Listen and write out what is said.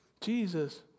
Jesus